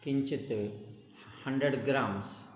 किञ्चित् hundred grams